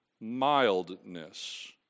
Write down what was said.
mildness